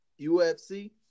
UFC